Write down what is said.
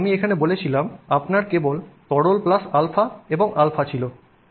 যেমন আমি এখানে বলেছিলাম আপনার কেবল তরল প্লাস α এবং α ছিল